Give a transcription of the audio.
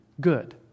good